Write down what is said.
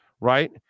right